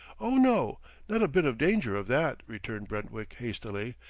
oh, no not a bit of danger of that, returned brentwick hastily.